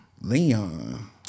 Leon